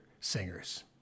singers